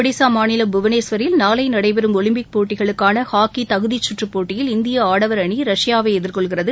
ஒடிசா மாநிலம் புவனேஸ்வரில் நாளை நடைபெறும் ஒலிம்பிக் போட்டிகளுக்கான ஹாக்கி தகுதிச்சுற்றுப் போட்டியில் இந்திய ஆடவர் அணி ரஷ்யாவை எதிர்த்து விளையாடும்